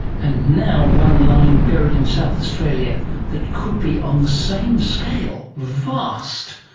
and now one lying buried in south australia that could be on the same scale. vast.